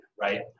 right